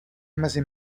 mezi